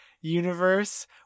universe